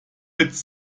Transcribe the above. witz